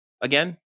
again